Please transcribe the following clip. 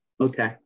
Okay